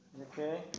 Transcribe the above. Okay